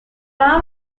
are